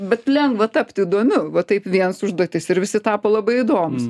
bet lengva tapt įdomiu va taip viens užduotis ir visi tapo labai įdomūs